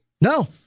No